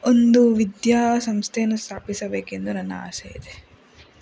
ಒಂದು ವಿದ್ಯಾ ಸಂಸ್ಥೆಯನ್ನು ಸ್ಥಾಪಿಸಬೇಕೆಂದು ನನ್ನ ಆಸೆ ಇದೆ